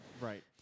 right